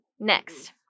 Next